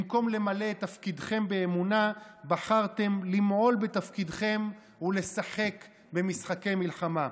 במקום למלא את תפקידכם באמונה בחרתם למעול בתפקידכם ולשחק במשחקי מלחמה.